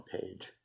page